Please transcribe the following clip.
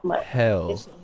hell